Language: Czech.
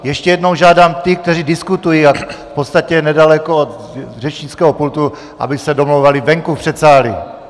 Ještě jednou žádám ty, kteří diskutují v podstatě nedaleko řečnického pultu, aby se domlouvali venku v předsálí.